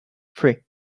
free